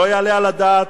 לא יעלה על הדעת,